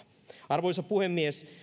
arvoisa puhemies